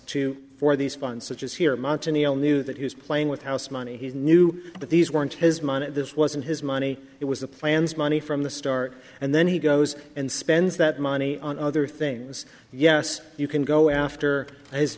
to for these funds such as here mountainy all knew that he was playing with house money his knew that these weren't his money this wasn't his money it was the plans money from the start and then he goes and spends that money on other things yes you can go after his